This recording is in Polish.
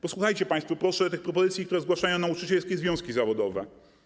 Posłuchajcie państwo, proszę, tych propozycji, które zgłaszają nauczycielskie związki zawodowe.